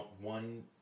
one